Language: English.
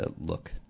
look